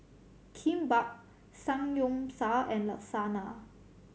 Kimbap Samgyeopsal and Lasagna